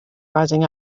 rising